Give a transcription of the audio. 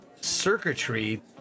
circuitry